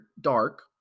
Dark